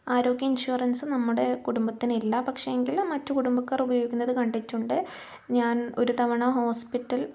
ആരോഗ്യ ഇൻഷുറൻസ് നമ്മുടെ കുടുംബത്തിനില്ല പക്ഷെ എങ്കിലും മറ്റ് കുടുംബക്കാർ ഉപയോഗിക്കുന്നത് കണ്ടിട്ടുണ്ട് ഞാൻ ഒരു തവണ ഹോസ്പിറ്റൽ